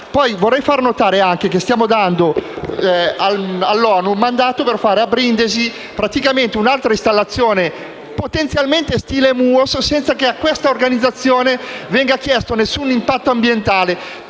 Vorrei far notare anche che stiamo dando all'ONU il mandato per realizzare a Brindisi un'altra installazione, potenzialmente stile MUOS, senza che a questa organizzazione venga chiesta alcuna valutazione di impatto ambientale.